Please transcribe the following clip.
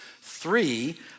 three